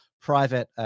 private